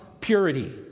purity